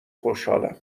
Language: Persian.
خوشحالم